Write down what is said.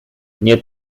nie